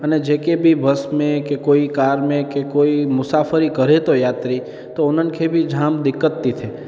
अने जेके बि बस में के कोई कार में कोई मुसाफ़िरी करे थो यात्री त उन्हनि खे बि जामु दिक़त थी थिए